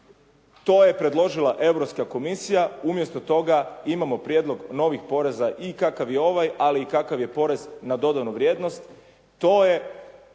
To je predložila Europska komisija, umjesto toga imamo prijedlog novih poreza i kakav je ovaj, ali i kakav je porez na dodanu vrijednost.